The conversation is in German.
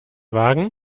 wagen